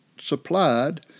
supplied